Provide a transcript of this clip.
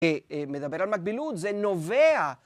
מדבר על מקבילות, זה נובע.